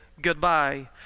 goodbye